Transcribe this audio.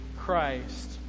Christ